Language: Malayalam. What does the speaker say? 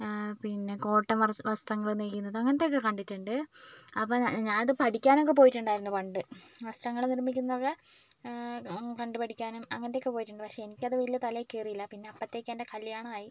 പിന്നെ കോട്ടന് വസ്ത്രങ്ങള് നെയ്യുന്നത് അങ്ങനത്തെ ഒക്കെ കണ്ടിട്ടുണ്ട് അപ്പം ഞാനിത് പഠിക്കാന് ഒക്കെ പോയിട്ടുണ്ടായിരുന്നു പണ്ട് വസ്ത്രങ്ങള് നിര്മ്മിക്കുന്നത് കണ്ടു പഠിക്കാനും അങ്ങനെ ഒക്കെ പോയിട്ടുണ്ട് പക്ഷേ എനിക്കത് പിന്നെ തലയിൽ കയറിയില്ല അപ്പോഴത്തേക്കും എന്റെ കല്യാണം ആയി